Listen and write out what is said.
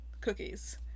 cookies